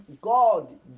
God